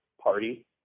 party